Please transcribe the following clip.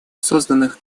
созданных